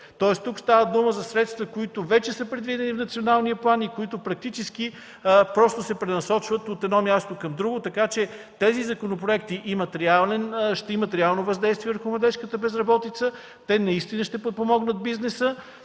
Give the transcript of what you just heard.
Тук става дума за средства, които вече са предвидени в националния план и които практически се пренасочват от едно място към друго. Тези законопроекти ще имат реално въздействие върху младежката безработица и ще подпомогнат бизнеса,